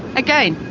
again,